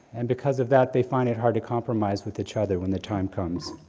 and because of that, they find it hard to compromise with each other, when the time comes.